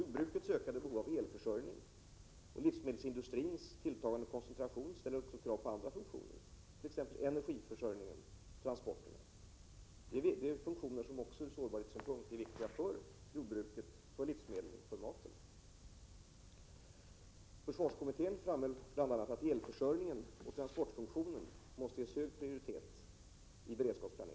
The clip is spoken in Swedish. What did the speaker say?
Jordbrukets ökade behov av elförsörjning och livsmedelsindustrins tilltagande koncentration ställer också krav på andra funktioner, t.ex. energiförsörjningen och transporterna. Det är funktioner som ur sårbarhetssynpunkt är viktiga för jordbruket, för livsmedlen, för maten. Försvarskommittén framhöll bl.a. att elförsörjningen och transportfunktionen måste ges hög prioritet i beredskapsplaneringen.